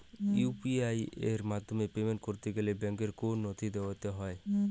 UPI এর মাধ্যমে payment করতে গেলে ব্যাংকের কোন নথি দিতে হয় কি?